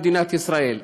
במדינת ישראל.